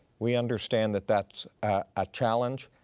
we understand that that's a challenge,